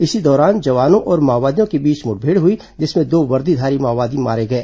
इसी दौरान जवानों और माओवादियों के बीच मुठभेड़ हुई जिसमें दो वर्दीधारी माओवादी मारे गए